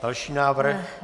Další návrh.